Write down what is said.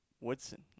Woodson